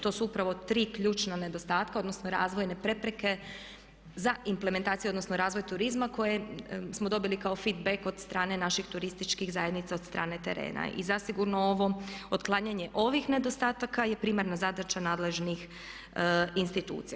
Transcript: To su upravo tri ključna nedostatka odnosno razvojne prepreke za implementaciju odnosno razvoj turizma koje smo dobili kao fict bag od strane naših turističkih zajednica, od strane terena i zasigurno ovo, otklanjanje ovih nedostataka je primarna zadaća nadležnih institucija.